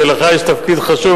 ולך יש תפקיד חשוב,